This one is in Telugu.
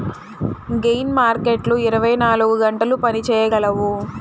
గెయిన్ మార్కెట్లు ఇరవై నాలుగు గంటలు పని చేయగలవు